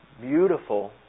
beautiful